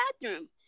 bathroom